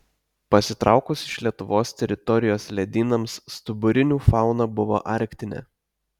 pasitraukus iš lietuvos teritorijos ledynams stuburinių fauna buvo arktinė